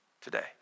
today